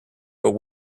but